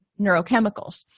neurochemicals